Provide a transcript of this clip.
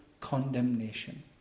condemnation